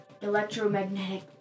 electromagnetic